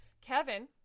Kevin